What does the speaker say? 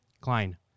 Klein